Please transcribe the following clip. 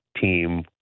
team